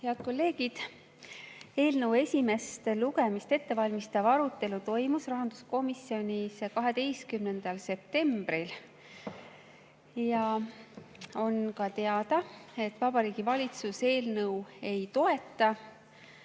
Head kolleegid! Eelnõu esimest lugemist ettevalmistav arutelu toimus rahanduskomisjonis 12. septembril. On ka teada, et Vabariigi Valitsus eelnõu ei toeta.